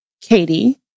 Katie